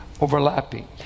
overlapping